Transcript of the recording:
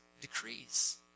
decrees